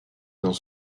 dans